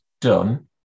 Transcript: done